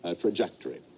trajectory